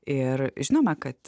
ir žinoma kad